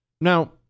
Now